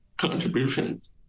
contributions